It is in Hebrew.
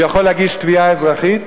הוא יכול להגיש תביעה אזרחית,